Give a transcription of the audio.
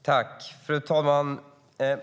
Fru talman!